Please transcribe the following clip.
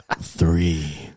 three